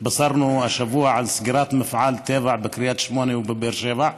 התבשרנו השבוע על סגירת מפעל טבע בקריית שמונה ובבאר שבע.